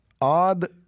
Odd